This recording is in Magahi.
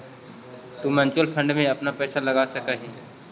तु म्यूचूअल फंड में अपन पईसा लगा सकलहीं हे